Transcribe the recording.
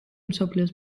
მსოფლიოს